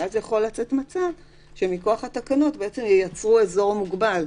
ואז יכול לצאת מצב שמכוח התקנות בעצם ייצרו אזור מוגבל.